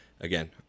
again